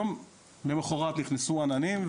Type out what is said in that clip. יום למחרת נכנסו עננים,